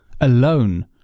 alone